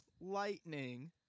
Lightning